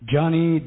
Johnny